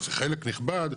זה חלק נכבד,